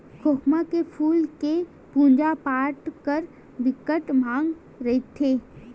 खोखमा के फूल के पूजा पाठ बर बिकट मांग रहिथे